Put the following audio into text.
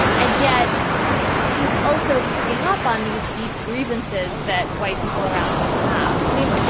and yet he's also picking up on these deep grievances that white people around him have. i mean,